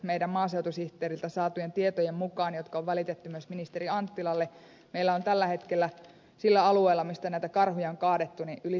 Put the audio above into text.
meidän maaseutusihteeriltämme saatujen tietojen mukaan jotka tiedot on välitetty myös ministeri anttilalle meillä on tällä hetkellä sillä alueella mistä näitä karhuja on kaadettu yli sata yksilöä